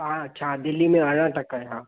हा त छा दिल्ली में आयां त कयां